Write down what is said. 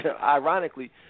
Ironically